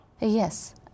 Yes